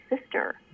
sister